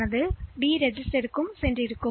எனவே இந்த வழியில் இந்த உத்தரவு மிகவும் முக்கியமானது